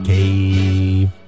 Cave